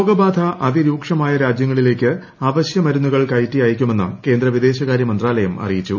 രോഗബാധ അതിരൂക്ഷമായ രാജ്യങ്ങളിലേക്ക് അവശ്യ മരുന്നുകൾ കയറ്റി അയക്കുമെന്ന് കേന്ദ്ര വിദേശകാരൃ മന്ത്രാലയം അറിയിച്ചു